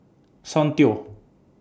Soundteoh